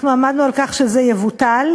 אנחנו עמדנו על כך שזה יבוטל,